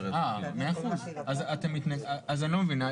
אז אני לא מבין,